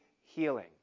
healing